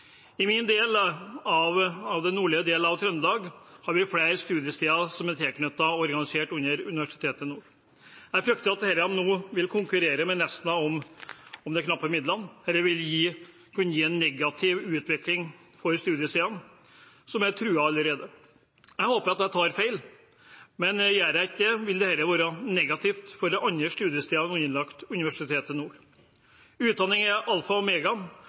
I min del av det nordlige Trøndelag har vi flere studiesteder som er tilknyttet og organisert under Nord universitet. Jeg frykter at disse nå vil konkurrere med Nesna om de knappe midlene, og at dette vil kunne gi en negativ utvikling for studiestedene, som er truet allerede. Jeg håper at jeg tar feil, men gjør jeg ikke det, vil dette være negativt for de andre studiestedene underlagt Nord universitet. Utdanning er alfa